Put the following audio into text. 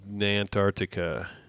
Antarctica